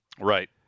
Right